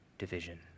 division